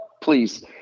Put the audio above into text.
please